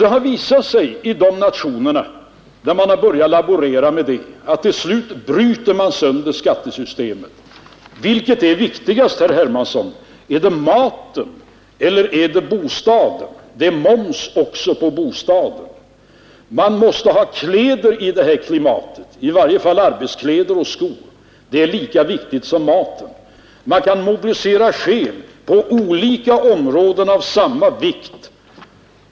Det har visat sig i de nationer där man har börjat laborera med undantag att man då till slut bryter sönder skattesystemet. Vilket är viktigast, herr Hermansson, maten eller bostaden? Det är moms också på bostaden. Man måste ha kläder i vårt klimat, i varje fall arbetskläder och skor, och det är lika viktigt som maten. Man kan på olika områden mobilisera skäl av samma vikt.